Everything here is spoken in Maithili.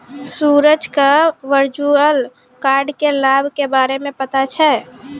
सूरज क वर्चुअल कार्ड क लाभ के बारे मे पता छै